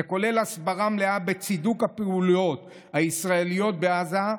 זה כולל הסברה מלאה וצידוק הפעולות הישראליות בעזה,